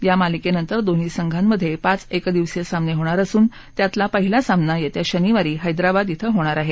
या मालिकेनंतर दोन्ही संघांमध्ये पाच एकदिवसीय सामने होणार असून त्यातला पहिला सामना येत्या शनिवारी हैदराबाद धिं होणार आहे